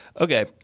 okay